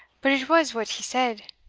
but it was what he said.